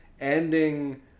ending